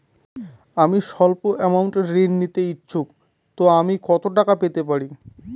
আমি সল্প আমৌন্ট ঋণ নিতে ইচ্ছুক তো আমি কত টাকা পেতে পারি?